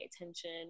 attention